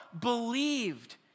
believed